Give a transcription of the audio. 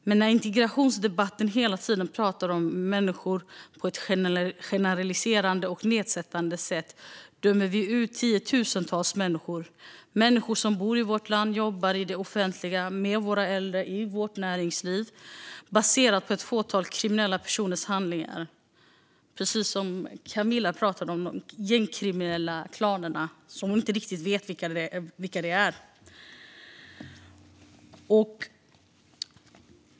När vi i integrationsdebatten hela tiden pratar om människor på ett generaliserande och nedsättande sätt dömer vi ut tiotusentals människor - människor som bor i vårt land och jobbar i det offentliga, med våra äldre eller i vårt näringsliv - baserat på ett fåtal kriminella personers handlingar. Precis så pratade Camilla om de gängkriminella klanerna, som hon inte riktigt vet vilka de är.